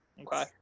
Okay